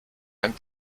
ein